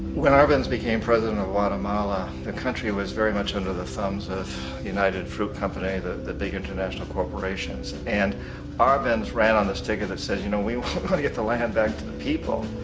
when arbenz became president of guatemala, the country was very much under the thumbs of united fruit company, the the big international corporation. and arbenz ran on this ticket that said you know, we want to give the land back to the people.